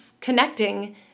connecting